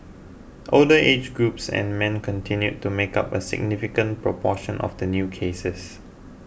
older age groups and men continued to make up a significant proportion of the new cases